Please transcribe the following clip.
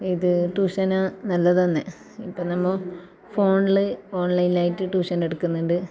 ഇത് ട്യൂഷന് നല്ലതാണ് ഇപ്പ നമ്മൾ ഫോണിൽ ഓൺലൈനായിട്ട് ട്യൂഷനെടുക്കുന്നുണ്ട്